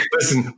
Listen